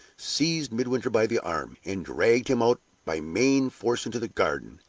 seized midwinter by the arm, and dragged him out by main force into the garden,